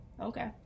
Okay